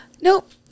Nope